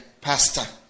pastor